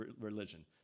religion